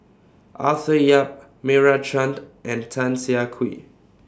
Arthur Yap Meira Chand and Tan Siah Kwee